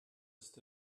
ist